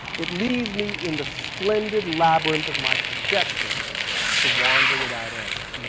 it leaves me in the splendid labyrinth of my perceptions to wander without end.